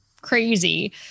crazy